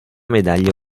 medaglia